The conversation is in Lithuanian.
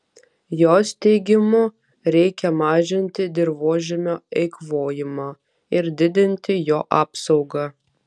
jos teigimu reikia mažinti dirvožemio eikvojimą ir didinti jo apsaugą